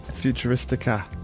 Futuristica